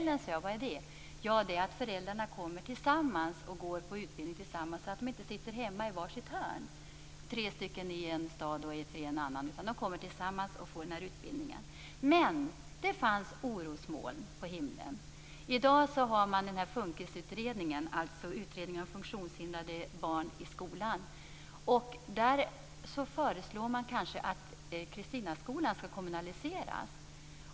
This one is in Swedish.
Jag undrade vad det var, och fick svaret att det innebär att flera föräldrar går på utbildning tillsammans. Då sitter det inte tre familjer i en stad och tre i en annan hemma för sig själva, utan de får utbildningen tillsammans. Men det finns orosmoln på himlen. Nu pågår utredningen om funktionshindrade barn i skolan, och i den kommer det kanske att föreslås att Kristinaskolan skall kommunaliseras.